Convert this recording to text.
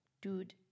Dude